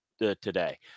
today